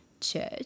church